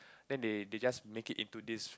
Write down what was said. then they they just make it into this